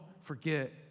forget